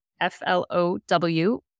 F-L-O-W